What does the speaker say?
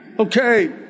okay